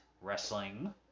wrestling